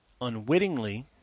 Unwittingly